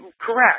correct